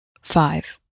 five